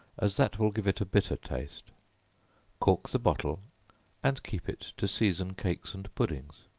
as that will give it a bitter taste cork the bottle and keep it to season cakes and puddings.